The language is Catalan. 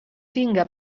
tinga